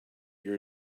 your